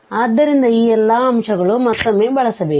ಆದ್ದರಿಂದ ಈ ಎಲ್ಲಾ ಅಂಶಗಳನ್ನು ಮತ್ತೊಮ್ಮೆ ಬಳಸಬೇಕು